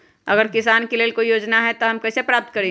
अगर किसान के लेल कोई योजना है त हम कईसे प्राप्त करी?